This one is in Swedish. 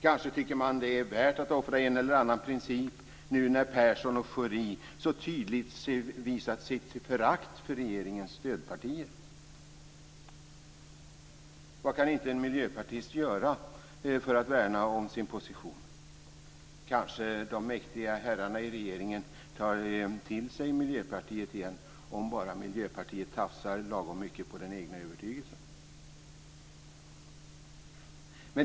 Kanske tycker man att det är värt att offra en eller annan princip nu när Persson och Schori så tydligt visat sitt förakt för regeringens stödpartier. Vad kan inte en miljöpartist göra för att värna om sin position? Kanske de mäktiga herrarna i regeringen tar till sig Miljöpartiet igen om bara Miljöpartiet tafsar lagom mycket på den egna övertygelsen.